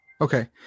Okay